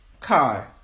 Kai